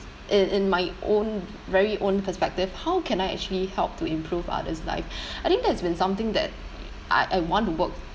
in in my own very own perspective how can I actually help to improve others' life I think that's been something that I I want to work